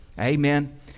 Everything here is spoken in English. Amen